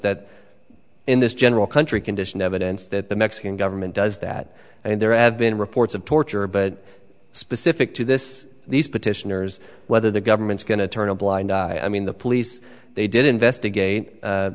that in this general country condition evidence that the mexican government does that and there have been reports of torture but specific to this these petitioners whether the government's going to turn a blind eye on the police they did investigate